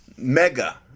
mega